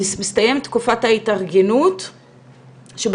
נסיים עם תקופת ההתארגנות שבעצם,